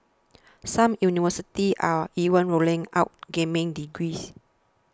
some universities are even rolling out gaming degrees